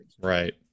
Right